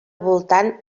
voltant